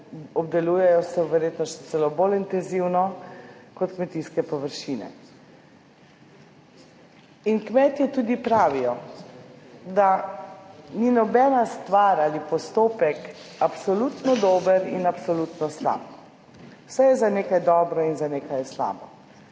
Obdelujejo se verjetno še celo bolj intenzivno kot kmetijske površine. In kmetje tudi pravijo, da ni nobena stvar ali postopek absolutno dober in absolutno slab. Vse je za nekaj dobro in za nekaj slabo.